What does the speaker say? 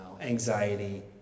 Anxiety